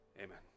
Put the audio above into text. Amen